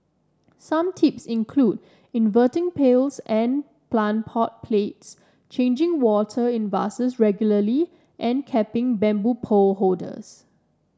some tips include inverting pails and plant pot plates changing water in vases regularly and capping bamboo pole holders